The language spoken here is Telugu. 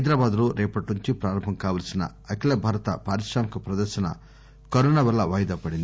హైదరాబాద్ లో రేపటి నుండి ప్రారంభం కావలసిన అఖిల భారత పారిశ్రామిక ప్రదర్నను కరోనా వల్ల వాయిదా పడింది